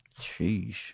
Sheesh